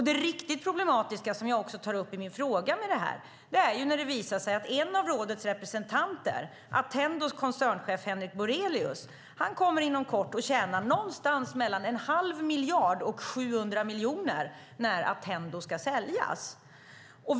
Det riktigt problematiska, som jag också tar upp i min fråga, är att det visar sig att en av rådets representanter, Attendos koncernchef Henrik Borelius, inom kort kommer att tjäna någonstans mellan en halv miljard och 700 miljoner kronor när Attendo ska säljas.